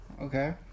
okay